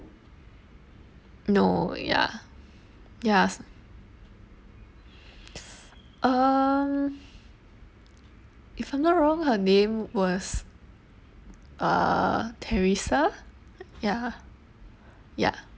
no ya ya um if I'm not wrong her name was uh teresa ya ya